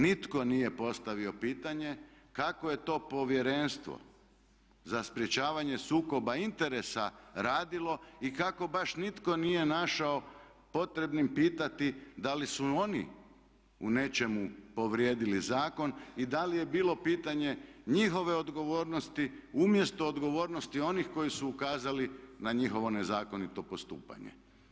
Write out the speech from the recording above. Nitko nije postavio pitanje kako je to Povjerenstvo za sprječavanje sukoba interesa radilo i kako baš nitko nije našao potrebnim pitati da li su oni u nečemu povrijedili zakon i da li je bilo pitanje njihove odgovornosti umjesto odgovornosti onih koji su ukazali na njihovo nezakonito postupanje.